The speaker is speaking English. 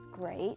great